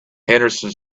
henderson